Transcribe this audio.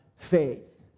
Faith